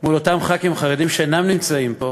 מול אותם ח"כים חרדים שאינם נמצאים פה,